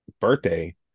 birthday